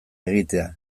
egitea